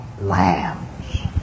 lambs